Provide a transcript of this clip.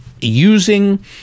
using